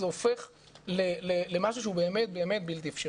זה הופך למשהו שהוא באמת בלתי אפשרי.